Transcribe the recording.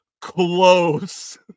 close